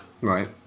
Right